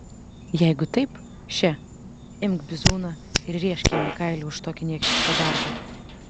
jeigu taip še imk bizūną ir rėžk jam į kailį už tokį niekšišką darbą